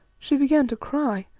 she began to cry.